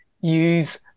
use